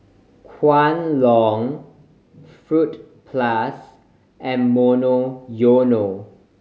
Kwan Loong Fruit Plus and Monoyono